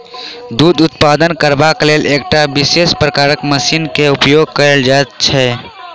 दूध उत्पादन करबाक लेल एकटा विशेष प्रकारक मशीन के उपयोग कयल जाइत छै